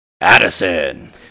Addison